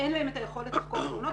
אין את היכולת לחקור תאונות.